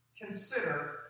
consider